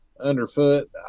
underfoot